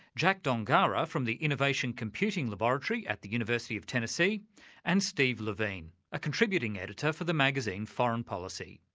jack dongarra from the innovation computing laboratory at the university of tennessee and steve levine, a contributing editor for the magazine, foreign policy.